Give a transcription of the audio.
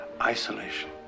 isolation